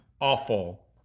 awful